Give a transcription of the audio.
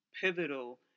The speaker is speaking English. pivotal